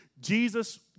Jesus